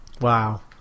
Wow